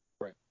right